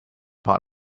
part